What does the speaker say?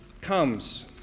comes